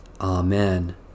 Amen